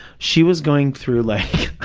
she was going through like,